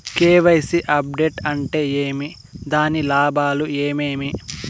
KYC update అంటే ఏమి? దాని లాభాలు ఏమేమి?